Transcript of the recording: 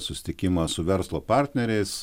susitikimas su verslo partneriais